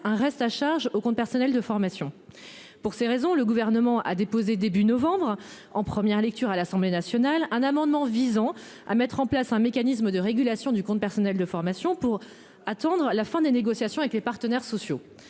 un reste à charge au compte personnel de formation. Pour ces raisons, le gouvernement a déposé début novembre en première lecture à l'Assemblée nationale un amendement visant à mettre en place un mécanisme de régulation du compte personnel de formation pour attendre la fin des négociations avec les partenaires sociaux.